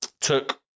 Took